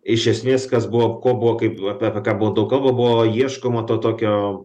iš esmės kas buvom ko buvo kaip apie apie daug kalba buvo ieškoma to tokio